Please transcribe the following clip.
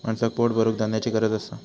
माणसाक पोट भरूक धान्याची गरज असा